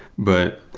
but,